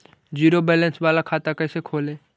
Zero balance बाला खाता कैसे खोले?